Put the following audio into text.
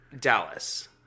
dallas